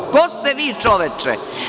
Ko ste vi, čoveče?